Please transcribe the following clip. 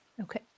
Okay